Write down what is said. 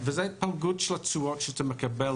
זאת התפלגות של התשואות שמקבלים